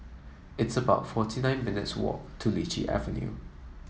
it's about forty nine minutes' walk to Lichi Avenue